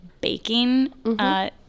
baking